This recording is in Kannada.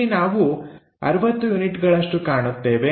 ಇಲ್ಲಿ ನಾವು 60 ಯೂನಿಟ್ಗಳಷ್ಟು ಕಾಣುತ್ತೇವೆ